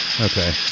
Okay